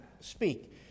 speak